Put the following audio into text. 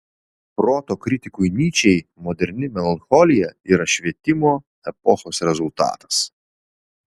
proto kritikui nyčei moderni melancholija yra švietimo epochos rezultatas